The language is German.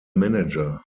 manager